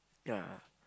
ya